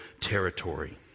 territory